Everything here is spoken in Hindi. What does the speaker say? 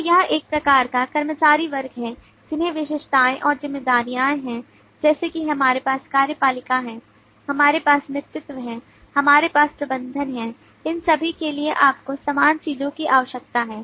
तो यह एक प्रकार का कर्मचारी वर्ग है जिसमें विशेषताएँ और जिम्मेदारियाँ हैं जैसे कि हमारे पास कार्यपालिका है हमारे पास नेतृत्व है हमारे पास प्रबंधक हैं इन सभी के लिए आपको समान चीजों की आवश्यकता है